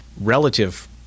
Relative